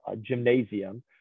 gymnasium